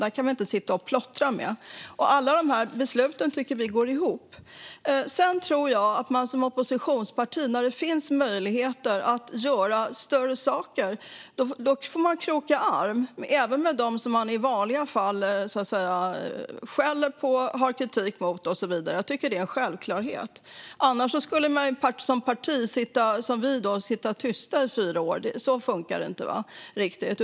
Detta kan vi inte sitta och plottra med. Vi tycker att alla dessa beslut går ihop. När det finns möjligheter att som oppositionsparti göra större saker får man kroka arm, även med dem som man i vanliga fall skäller på och har kritik mot. Det är en självklarhet. Alternativet vore att vi som parti satt tysta i fyra år. Så funkar det inte riktigt.